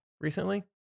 recently